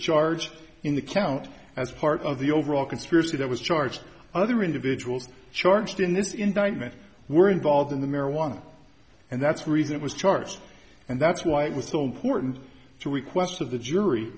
charge in the count as part of the overall conspiracy that was charged other individuals charged in this indictment were involved in the marijuana and that's reason was charged and that's why it was so important to request of the